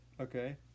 Okay